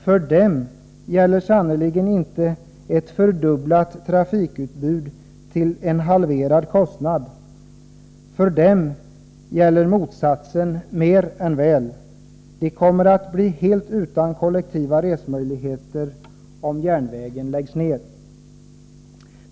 För dem gäller sannerligen inte ett fördubblat trafikutbud till en halverad kostnad. För dem gäller motsatsen mer än väl. De kommer att bli helt utan kollektiva resemöjligheter, om järnvägen läggs ned.